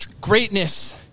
Greatness